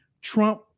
Trump